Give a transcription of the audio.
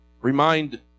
Remind